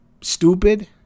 stupid